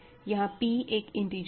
यहां p एक integer है